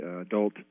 adult